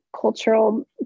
cultural